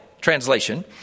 translation